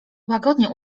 łagodnie